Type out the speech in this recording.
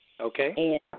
Okay